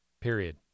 Period